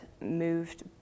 moved